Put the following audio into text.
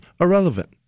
irrelevant